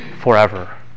forever